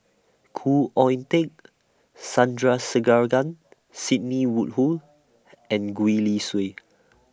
Khoo Oon Teik Sandrasegaran Sidney Woodhull and Gwee Li Sui